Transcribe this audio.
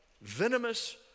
venomous